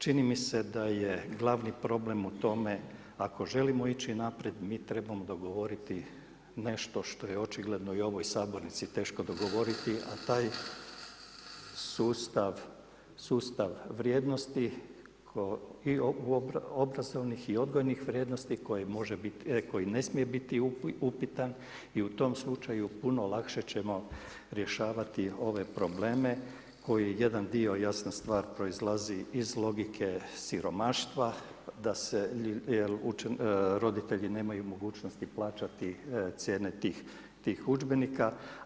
Čini mi se da je glavni problem u tome ako želimo ići naprijed mi trebamo dogovoriti nešto što je očigledno i u ovoj sabornici teško dogovoriti a taj sustav, sustav vrijednosti i obrazovnih i odgojnih vrijednosti koji ne smije biti upitan i u tom slučaju puno lakše ćemo rješavati ove probleme koje jedan dio jasna stvar proizlazi iz logike siromaštva da se, jer roditelji nemaju mogućnosti plaćati cijene tih udžbenika.